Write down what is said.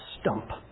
Stump